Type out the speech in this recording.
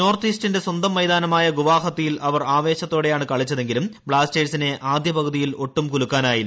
north ഈസ്റ്റിന്റെ സ്വന്തം മൈതാനമായ ഗുവാഹത്തിയിൽ അവർ ആവേശത്തോടെയാണ് കളിച്ചതെങ്കിലും ബ്ലാസ്റ്റേഴ്സിനെ കുലുക്കാനായില്ല